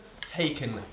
taken